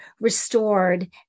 restored